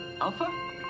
Alpha